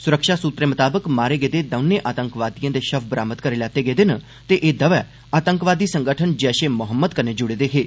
सुरक्षा सूत्रें मताबक मारे गेदे दौनें आतंकवादिएं दे षव बरामद करी लैते गेदे न ते एह् दवै आतंकवादी संगठन जैषे ए मोहम्मद कन्नै जुड़े दे हे